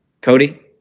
Cody